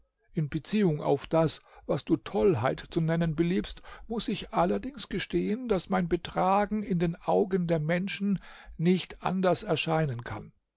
in beziehung auf das was du tollheit zu nennen beliebst muß ich allerdings gestehen daß mein betragen in den augen der menschen nicht anders erscheinen kann